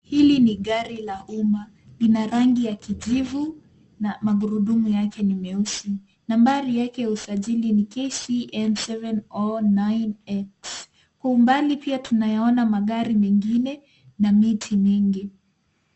Hili ni gari la umma .Lina rangi ya kijivu na magurudumu yake ni meusi. Nambari yake ya usajili ni KCN 709X. Kwa umbali pia tunayaona magari mengine na miti mingi.